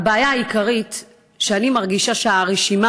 הבעיה העיקרית היא שאני מרגישה שהרשימה